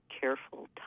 careful